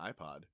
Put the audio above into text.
iPod